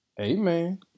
amen